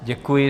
Děkuji.